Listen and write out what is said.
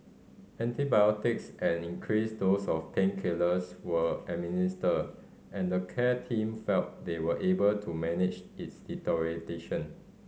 antibiotics and increased dose of painkillers were administered and the care team felt they were able to manage its deterioration